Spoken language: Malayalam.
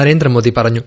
നരേന്ദ്രമോദി പറഞ്ഞു